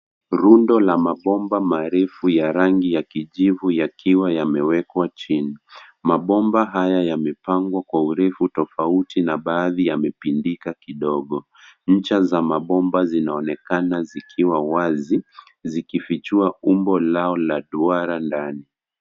Rundo la mabomba marefu ya rangi ya kijivu yakiwa yamewekwa chini. Mabomba haya yamepangwa kwa urefu tofauti na baadhi yamepindika kidogo. Ncha za mabomba zinaonekana zikiwa wazi zikifichua umbo lao la duara ndani.